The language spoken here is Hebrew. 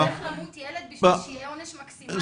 ל.י.: צריך למות ילד כדי שיהיה עונש מקסימלי?